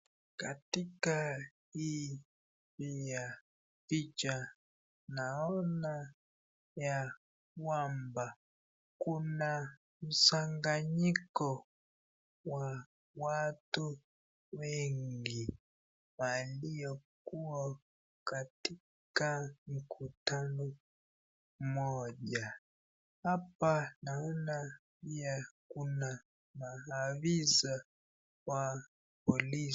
Katika hii picha naona ya kwamba kuna mchanganyiko wa watu wengi waliokua katika mikutano moja, hapa naona pia kuna maafisa wa polisi.